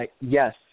Yes